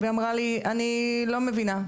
ואמרה לי - אני לא מבינה.